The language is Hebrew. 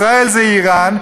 ישראל זה איראן,